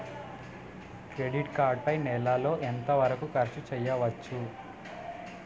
Credit card పై నెల లో ఎంత వరకూ ఖర్చు చేయవచ్చు?